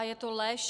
Je to lež.